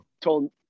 told